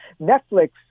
Netflix